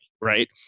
right